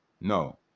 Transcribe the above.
no